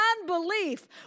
unbelief